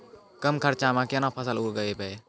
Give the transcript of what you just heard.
कम खर्चा म केना फसल उगैबै?